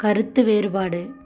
கருத்து வேறுபாடு